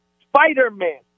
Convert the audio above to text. Spider-Man